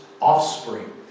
offspring